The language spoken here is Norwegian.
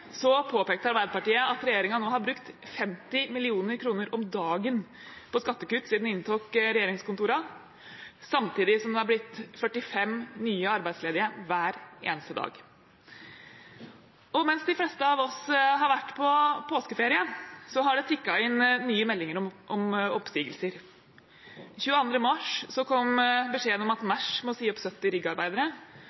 påpekte Arbeiderpartiet at regjeringen har brukt 50 mill. kr om dagen på skattekutt siden de inntok regjeringskontorene, samtidig som det har blitt 45 nye arbeidsledige hver eneste dag. Og mens de fleste av oss har vært på påskeferie, har det tikket inn nye meldinger om oppsigelser. Den 22. mars kom beskjeden om at